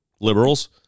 Liberals